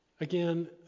again